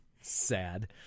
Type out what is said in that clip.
Sad